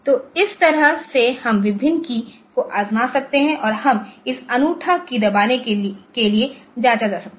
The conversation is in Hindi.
तो इस तरह से हम विभिन्न कीय को आज़मा सकते हैं और इस अनूठा कीय को दबाने के लिए जांचा जा सकता है